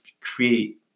create